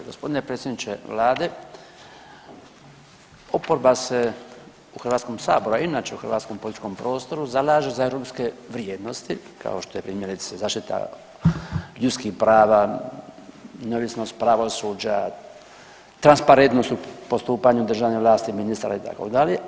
Gospodine predsjedniče Vlade, oporba se u Hrvatskom saboru, a i inače u hrvatskom političkom prostoru zalaže za europske vrijednosti kao što je primjerice zaštita ljudskih prava, neovisnost pravosuđa, transparentnost u postupanju državne vlasti, ministara itd.